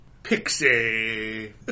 Pixie